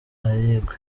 ay’ingwe